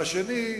והשני,